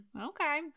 Okay